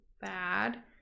bad